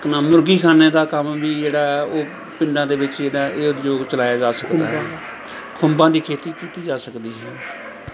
ਇੱਕ ਨਾ ਮੁਰਗੀਖਾਨੇ ਦਾ ਕੰਮ ਵੀ ਜਿਹੜਾ ਉਹ ਪਿੰਡਾਂ ਦੇ ਵਿੱਚ ਜਿਹੜਾ ਇਹ ਉਦਯੋਗ ਚਲਾਇਆ ਜਾ ਸਕਦਾ ਹੈ ਖੁੰਬਾਂ ਦੀ ਖੇਤੀ ਕੀਤੀ ਜਾ ਸਕਦੀ ਹੈ